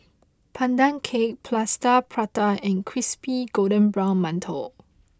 Pandan Cake Plaster Prata and Crispy Golden Brown Mantou